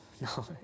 no